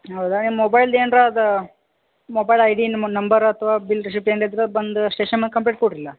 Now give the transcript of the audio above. ಹೌದಾ ನಿಮ್ಮ ಮೊಬೈಲ್ದ ಏನ್ರ ಅದು ಮೊಬೈಲ್ ಐ ಡಿ ನಂಬರ್ ಅಥ್ವ ಬಿಲ್ ರಿಸಿಪ್ಟ್ ಏನ್ರ ಇದ್ರ ಬಂದು ಸ್ಟೇಷನ್ ಕಂಪ್ಲೇಂಟ್ ಕೊಡ್ರಲ್ಲ